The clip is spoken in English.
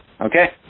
Okay